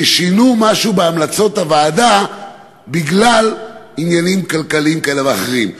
ששינו משהו בהמלצות הוועדה בגלל עניינים כלכליים כאלה ואחרים,